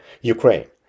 Ukraine